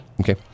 okay